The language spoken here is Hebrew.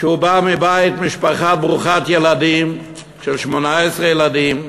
שהוא בא מבית, משפחה ברוכת ילדים, של 18 ילדים,